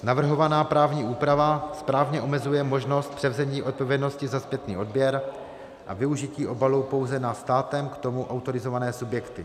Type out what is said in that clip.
Navrhovaná právní úprava správně omezuje možnost převzetí odpovědnosti za zpětný odběr a využití obalů pouze na státem k tomu autorizované subjekty.